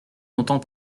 longtemps